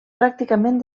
pràcticament